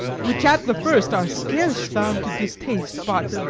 which at the first are scarce found to distaste, but,